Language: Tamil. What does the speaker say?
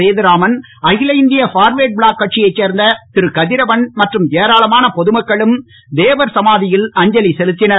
சேதுராமன் அகில் இந்திய பார்வேர்டு ப்ளாக் கட்சியைச் சேர்ந்த திருகதிரவன் மற்றும் ஏராளமான பொதுமக்களும் தேவர் சமாதியில் அஞ்சலி செலுத்தினர்